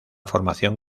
formación